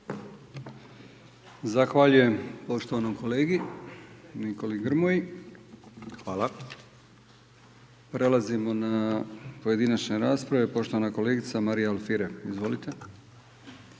Zahvaljujem poštovanom kolegi Nikoli Grmoji. Prelazimo na pojedinačne rasprave. Poštovana kolegica Marija Alfirev. Izvolite.